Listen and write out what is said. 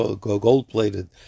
gold-plated